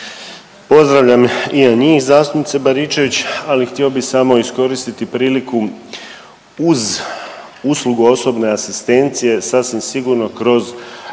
Pozdravljam i ja njih zastupnice Baričević, ali htio bih samo iskoristiti priliku. Uz uslugu osobne asistencije sasvim sigurno kroz